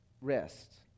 rest